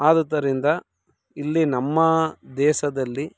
ಆದುದರಿಂದ ಇಲ್ಲಿ ನಮ್ಮ ದೇಶದಲ್ಲಿ